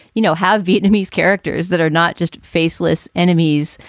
you know, have vietnamese characters that are not just faceless enemies,